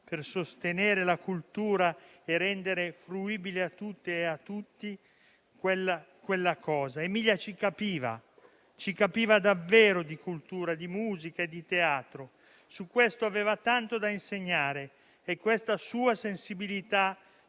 per sostenere la cultura e rendere fruibile a tutte e a tutti quella cosa, Emilia capiva davvero di cultura, di musica e di teatro: su questo aveva tanto da insegnare e questa sua sensibilità